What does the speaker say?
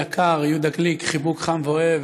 היא הגיעה היום למאהל,